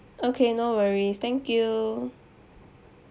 okay no worries thank you